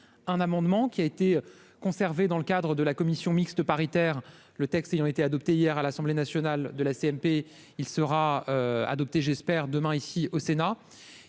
un amendement qui a été conservé dans le cadre de la commission mixte paritaire, le texte ayant été adopté hier à l'Assemblée nationale de la CNP, il sera adopté, j'espère, demain, ici au Sénat,